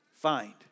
find